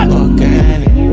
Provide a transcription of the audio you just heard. organic